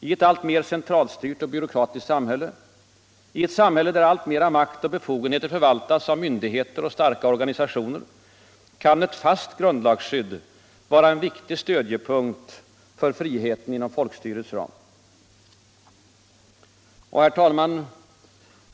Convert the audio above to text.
I ett alltmer centralstyrt och byråkratiskt samhälle, i ett samhälle där alltmer makt och befogenheter förvaltas av myndigheter och starka organisationer, kan ett fast grundlagsskydd vara en viktig stödpunkt för friheten inom folkstyrets ram.